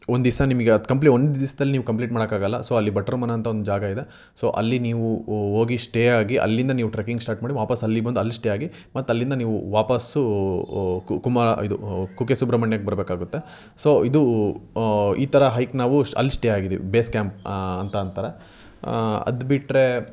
ಒಂದಿವ್ಸ ನಿಮಗೆ ಅದು ಕಂಪ್ಲೀ ಒಂದು ದಿವ್ಸ್ದಲ್ಲಿ ನೀವು ಕಂಪ್ಲೀಟ್ ಮಾಡೋಕ್ಕಾಗಲ್ಲ ಸೊ ಅಲ್ಲಿ ಭಟ್ಟರು ಮನೆ ಅಂತ ಒಂದು ಜಾಗ ಇದೆ ಸೊ ಅಲ್ಲಿ ನೀವು ಓ ಹೋಗಿ ಸ್ಟೇ ಆಗಿ ಅಲ್ಲಿಂದ ನೀವು ಟ್ರಕಿಂಗ್ ಸ್ಟಾರ್ಟ್ ಮಾಡಿ ವಾಪಸ್ ಅಲ್ಲಿಗೆ ಬಂದು ಅಲ್ಲಿ ಸ್ಟೇ ಆಗಿ ಮತ್ತು ಅಲ್ಲಿಂದ ನೀವು ವಾಪಾಸ್ ಕುಮಾರ ಇದು ಕುಕ್ಕೆ ಸುಬ್ರಮಣ್ಯಕ್ಕೆ ಬರಬೇಕಾಗುತ್ತೆ ಸೊ ಇದು ಈ ಥರ ಹೈಕ್ ನಾವು ಸ್ ಅಲ್ಲಿ ಸ್ಟೇ ಆಗಿದೀವಿ ಬೇಸ್ ಕ್ಯಾಂಪ್ ಅಂತ ಅಂತಾರೆ ಅದು ಬಿಟ್ಟರೇ